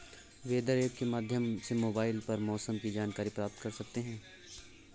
weather app के माध्यम से मोबाइल पर मौसम की जानकारी प्राप्त कर सकते हैं